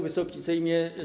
Wysoki Sejmie!